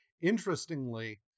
interestingly